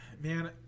Man